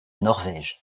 norvège